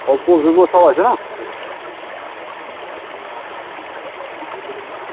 Oppo Vivo সব আছে না